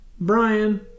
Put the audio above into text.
Brian